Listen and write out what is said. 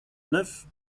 neuf